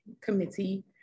committee